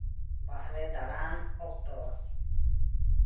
ᱵᱟᱦᱨᱮ ᱫᱟᱬᱟᱱ ᱚᱠᱛᱚ